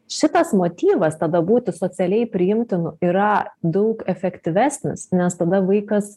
šitas motyvas tada būti socialiai priimtinu yra daug efektyvesnis nes tada vaikas